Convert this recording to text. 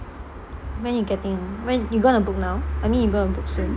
when you getting you gonna book now I mean you gonna book soon